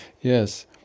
Yes